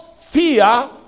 fear